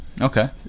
Okay